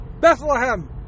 Bethlehem